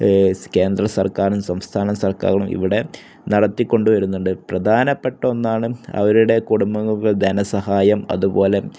കേന്ദ്ര സർക്കാരും സംസ്ഥാന സർക്കാരും ഇവിടെ നടത്തിക്കൊണ്ടു വരുന്നുണ്ട് പ്രധാനപ്പെട്ട ഒന്നാണ് അവരുടെ കുടുംബങ്ങള്ക്ക് ധനസഹായം അതുപോലെ